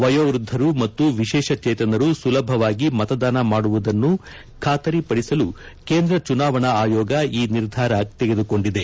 ವಯೋವ್ಯದ್ಧರು ಮತ್ತು ವಿಶೇಷಚೇತನರು ಸುಲಭವಾಗಿ ಮತದಾನ ಮಾಡುವುದನ್ನು ಖಾತರಿಪಡಿಸಲು ಕೇಂದ್ರ ಚುನಾವಣಾ ಆಯೋಗ ಈ ನಿರ್ಧಾರ ತೆಗೆದುಕೊಂಡಿದೆ